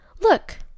look